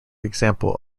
example